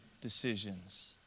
decisions